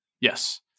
Yes